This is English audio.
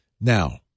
now